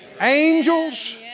angels